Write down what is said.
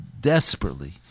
desperately